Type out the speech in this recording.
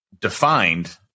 defined